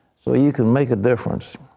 so you can make a difference.